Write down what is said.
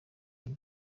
with